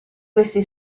questi